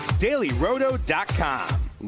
dailyroto.com